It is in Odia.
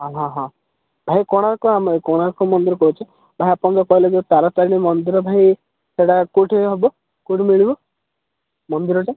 ହଁ ହଁ ହଁ ଭାଇ କୋଣାର୍କ ଆମେ କୋଣାର୍କ ମନ୍ଦିର କହୁଛି ଭାଇ ଆପଣ ଯେଉଁ କହିଲେ ଯୋ ତାରାତାରିଣୀ ମନ୍ଦିର ଭାଇ ସେଇଟା କେଉଁଠି ହେବ କେଉଁଠି ମିଳିବ ମନ୍ଦିରଟା